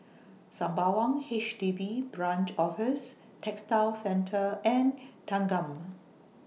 Sembawang H D B Branch Office Textile Centre and Thanggam